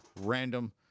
random